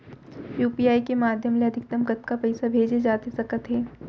UPI के माधयम ले अधिकतम कतका पइसा भेजे जाथे सकत हे?